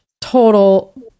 total